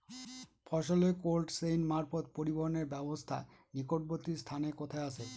ফসলের cold chain মারফত পরিবহনের ব্যাবস্থা নিকটবর্তী স্থানে কোথায় আছে?